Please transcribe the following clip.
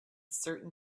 certain